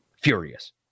furious